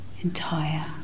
entire